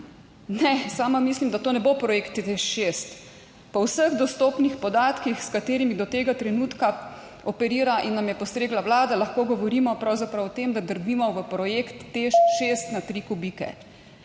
Ne, sama mislim, da to ne bo projekt Teš 6. Po vseh dostopnih podatkih, s katerimi do tega trenutka operira in nam je postregla vlada, lahko govorimo pravzaprav o tem, da drvimo v projekt Teš 6 na tri kubike.